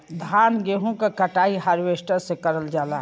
धान गेहूं क कटाई हारवेस्टर से करल जाला